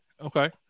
okay